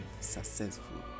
successful